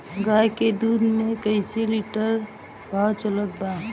गाय के दूध कइसे लिटर भाव चलत बा?